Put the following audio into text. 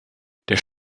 der